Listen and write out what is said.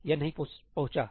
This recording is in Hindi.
यह नहीं पहुंचा क्यों